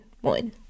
one